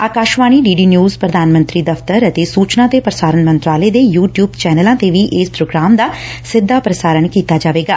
Akashvani D D news ਪ੍ਰਧਾਨ ਮੰਤਰੀ ਦਫ਼ਤਰ ਅਤੇ ਸੁਚਨਾ ਤੇ ਪ੍ਰਸਾਰਣ ਮੰਤਰਾਲੇ ਦੇ ਯੁ ਟਿਊਬ ਚੈਨਲਾਂ ਤੇ ਵੀ ਇਸ ਪ੍ਰੋਗਰਾਮ ਦਾ ਸਿੱਧਾ ਪ੍ਰਸਾਰਣ ਕੀਤਾ ਜਾਵੇਗਾ